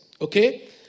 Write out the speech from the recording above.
okay